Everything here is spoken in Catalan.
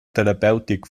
terapèutic